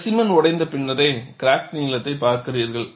specimen உடைந்த பின்னரே crack நீளத்தைப் பார்க்கிறீர்கள்